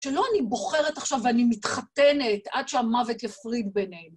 שלא אני בוחרת עכשיו ואני מתחתנת עד שהמוות יפריד ביניהן.